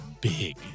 big